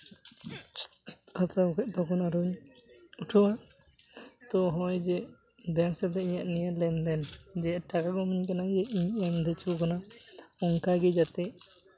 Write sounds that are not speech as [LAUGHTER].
ᱦᱟᱛᱟᱣ ᱠᱮᱫ ᱛᱚᱠᱷᱚᱱ ᱟᱨᱚᱧ ᱩᱴᱷᱟᱹᱣᱟ ᱛᱳ ᱱᱚᱜᱼᱚᱭ ᱡᱮ ᱵᱮᱝᱠ ᱥᱟᱛᱮᱜ ᱱᱤᱭᱟᱹ ᱞᱮᱱᱫᱮᱱ ᱡᱮ ᱴᱟᱠᱟ ᱠᱚ ᱮᱢᱟᱹᱧ ᱠᱟᱱᱟ ᱡᱮ ᱤᱧ ᱮᱢ [UNINTELLIGIBLE] ᱠᱟᱱᱟ ᱚᱱᱠᱟᱜᱮ ᱡᱟᱛᱮ